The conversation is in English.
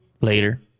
Later